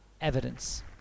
evidence